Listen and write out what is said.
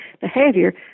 behavior